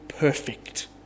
Perfect